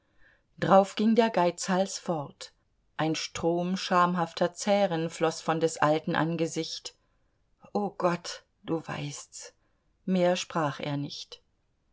drauf ging der geizhals fort ein strom schamhafter zähren floß von des alten angesicht o gott du weißts mehr sprach er nicht